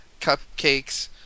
cupcakes